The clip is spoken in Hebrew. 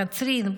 קצרין,